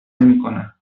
نمیکنه